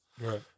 Right